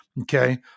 Okay